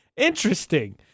Interesting